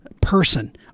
person